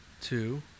two